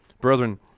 Brethren